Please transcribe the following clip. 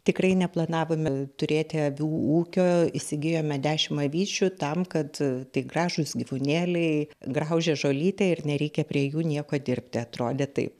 tikrai neplanavome turėti avių ūkio įsigijome dešimt avyčių tam kad tai gražūs gyvūnėliai graužia žolytę ir nereikia prie jų nieko dirbti atrodė taip